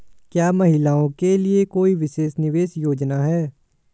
क्या महिलाओं के लिए कोई विशेष निवेश योजना है?